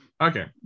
Okay